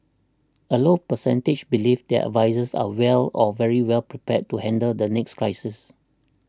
a low percentage believe their advisers are well or very well prepared to handle the next crisis